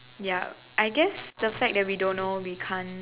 ya I guess the fact that we don't know we can't